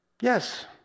Yes